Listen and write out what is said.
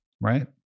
Right